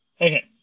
okay